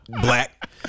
black